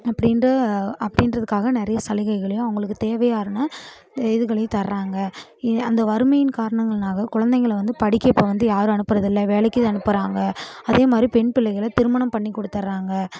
அப்படின்ட்டு அப்படின்றதுக்காக நிறைய சலுகைகளையும் அவங்களுக்கு தேவையான இதுகளையும் தர்றாங்க அந்த வறுமையின் காரணங்கள்னால குழந்தைகளை வந்து படிக்க இப்போ வந்து யாரும் அனுப்புறதில்லை வேலைக்கு அனுப்புறாங்க அதேமாதிரி பெண் பிள்ளைகளை திருமணம் பண்ணி குடுத்துடுறாங்க